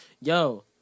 yo